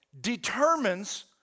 determines